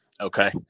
okay